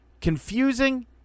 confusing